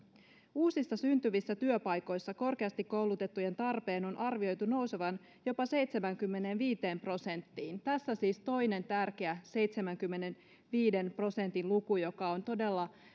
uusissa syntyvissä työpaikoissa korkeasti koulutettujen tarpeen on arvioitu nousevan jopa seitsemäänkymmeneenviiteen prosenttiin tässä siis toinen tärkeä seitsemänkymmenenviiden prosentin luku joka on todella